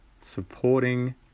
supporting